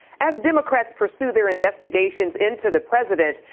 as democrats pursue their investigation into the president,